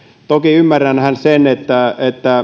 toki ymmärränhän sen että